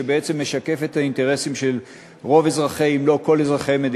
שבעצם משקפת את האינטרסים של רוב אזרחי ישראל אם לא כולם.